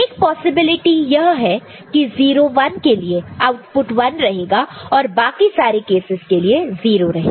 एक पॉसिबिलिटी यह है कि 0 1 के लिए आउटपुट 1 रहेगा और बाकी सारे केसस के लिए 0 रहेगा